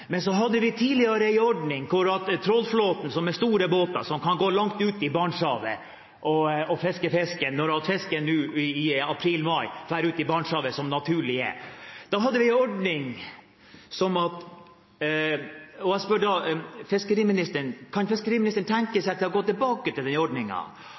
Men så hadde vi tidligere en ordning med trålflåten, som er store båter som kan gå langt ut i Barentshavet og fiske når fisken i april–mai drar ut i Barentshavet, som naturlig er. Jeg spør derfor fiskeriministeren: Kan fiskeriministeren tenke seg å gå tilbake til ordningen med at de store båtene som kan